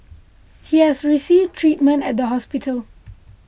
he has received treatment at the hospital